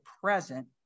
present